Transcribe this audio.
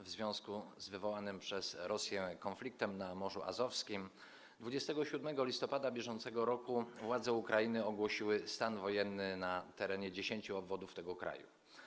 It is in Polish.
W związku z wywołanym przez Rosję konfliktem na Morzu Azowskim 27 listopada br. władze Ukrainy ogłosiły stan wojenny na terenie 10 obwodów tego kraju.